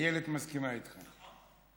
איילת מסכימה איתך.